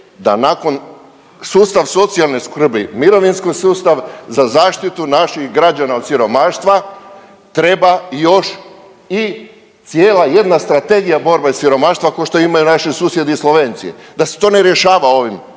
da nakon sustav socijalne skrbi, mirovinski sustav za zaštitu naših građana od siromaštva treba još i cijela jedna strategija borbe siromaštva, kao što imaju naši susjedi Slovenci, da se to ne rješava ovim